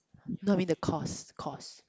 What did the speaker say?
no I mean the cost cost